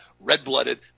red-blooded